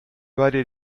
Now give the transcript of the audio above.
varie